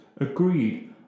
agreed